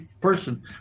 person